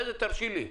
תרשי לי.